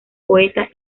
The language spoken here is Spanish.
poeta